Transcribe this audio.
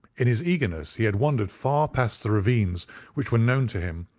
in his eagerness he had wandered far past the ravines which were known to him,